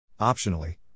Optionally